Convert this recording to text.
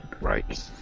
right